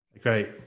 Great